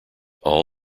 all